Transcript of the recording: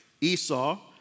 Esau